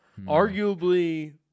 Arguably